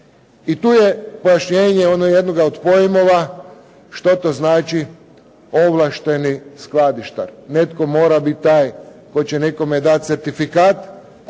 i tu je pojašnjenje onog jednoga od pojmova, što to znači ovlašteni skladištar, netko mora biti taj tko će nekome dati certifikat